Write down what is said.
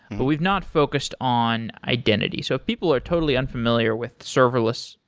but we've not focused on identity. so if people are totally unfamiliar with serverless,